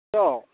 ꯏꯇꯥꯎ